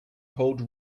hold